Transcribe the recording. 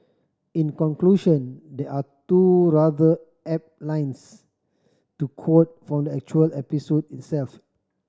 in conclusion there are two rather apt lines to quote from the actual episode itself